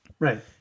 Right